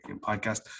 podcast